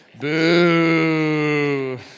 Boo